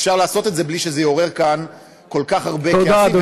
אפשר לעשות את זה בלי שזה יעורר כאן כל כך הרבה כעסים,